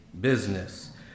business